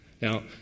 Now